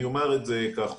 אומר את זה כך,